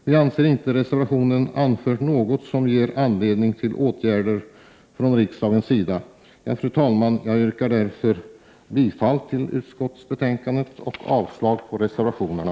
Vi anser inte att man i reservationen anfört något som ger anledning till att från riksdagens sida vidta åtgärder. 37 Fru talman! Jag yrkar bifall till utskottets hemställan och avslag på reservationerna.